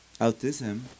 autism